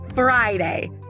Friday